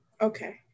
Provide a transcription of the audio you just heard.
Okay